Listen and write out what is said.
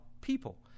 people